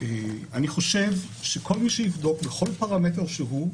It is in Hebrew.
אני חושב שכל מי שיבדוק, בכל פרמטר שהוא,